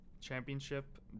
championship